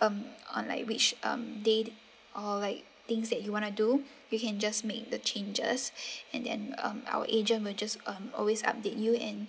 um on like which um day or like things that you wanna do you can just made the changes and then um our agent will just um always update you and